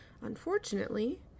Unfortunately